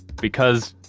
because,